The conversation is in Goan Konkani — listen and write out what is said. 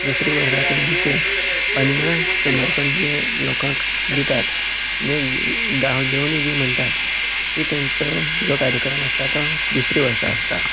दुसरे वर्सा तेंचे अन्न समर्पण जे लोकांक दितात मेन जे गांवजेवणी जी म्हणटात ती तेंचो जो कार्यक्रम आसता तो दुसरे वर्सा आसता